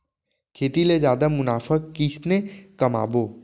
खेती ले जादा मुनाफा कइसने कमाबो?